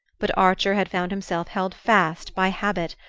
but archer had found himself held fast by habit,